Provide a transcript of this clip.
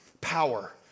power